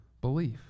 belief